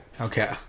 Okay